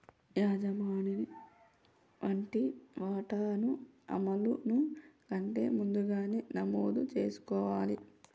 యజమాని వాటి వాటాను అమలును కంటే ముందుగానే నమోదు చేసుకోవాలి